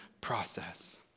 process